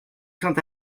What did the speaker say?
saint